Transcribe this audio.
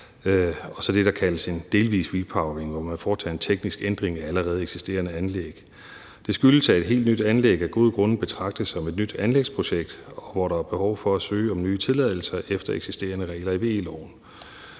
og så det, der kaldes en delvis repowering, hvor man foretager en teknisk ændring af et allerede eksisterende anlæg. Det skyldes, at et helt nyt anlæg af gode grunde betragtes som et nyt anlægsprojekt, hvor der er behov for at søge om nye tilladelser efter eksisterende regler i VE-loven,